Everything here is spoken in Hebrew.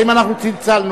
האם אנחנו צלצלנו?